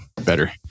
better